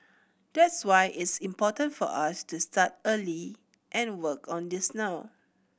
that's why it's important for us to start early and work on this now